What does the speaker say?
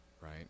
Right